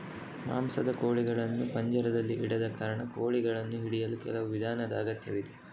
ಮಾಂಸದ ಕೋಳಿಗಳನ್ನು ಪಂಜರದಲ್ಲಿ ಇಡದ ಕಾರಣ, ಕೋಳಿಗಳನ್ನು ಹಿಡಿಯಲು ಕೆಲವು ವಿಧಾನದ ಅಗತ್ಯವಿದೆ